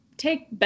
Take